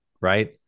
right